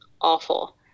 awful